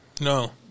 No